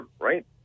right